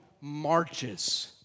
marches